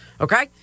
Okay